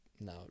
No